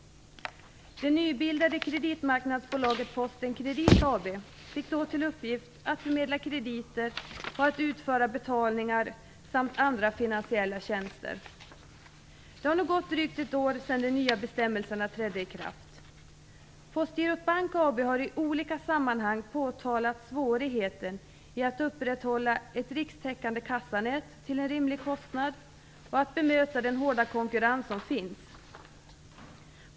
Kredit AB, fick då till uppgift att förmedla krediter och att utföra betalningar samt andra finansiella tjänster. Det har nu gått drygt ett år sedan de nya bestämmelserna trädde i kraft. Postgirot Bank AB har i olika sammanhang påtalat svårigheten i att upprätthålla ett rikstäckande kassanät till en rimlig kostnad och att bemöta den hårda konkurrens som finns.